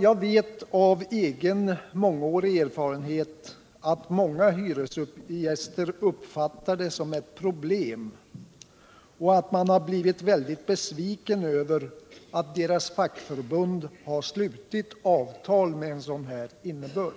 Jag vet av egen mångårig erfarenhet att många hyresgäster uppfattar det som ett problem och att de blivit mycket besvikna över att deras fackförbund slutit avtal med sådan här innebörd.